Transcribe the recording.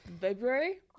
February